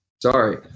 Sorry